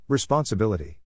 Responsibility